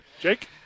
Jake